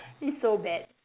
it's so bad